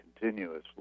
continuously